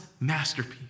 masterpiece